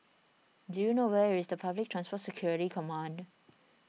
do you know where is the Public Transport Security Command